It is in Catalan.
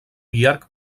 llarg